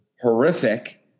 horrific